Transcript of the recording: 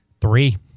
Three